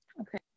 Okay